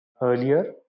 earlier